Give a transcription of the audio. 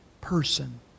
person